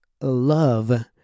love